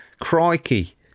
Crikey